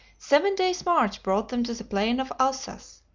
seven days' march brought them to the plain of alsace,